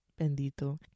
bendito